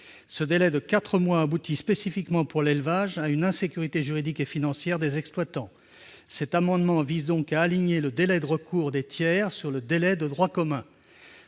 Ce délai de quatre mois crée, spécifiquement pour l'élevage, une insécurité juridique et financière pour les exploitants. Cet amendement vise donc à aligner le délai de recours des tiers sur le délai de droit commun.